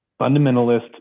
fundamentalist